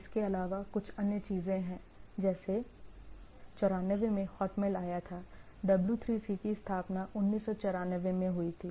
इसके अलावा कुछ अन्य चीजें भी हैं जैसे 94 में हॉटमेल आया था W3C की स्थापना 1994 में हुई थी